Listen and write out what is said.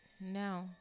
No